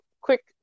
quick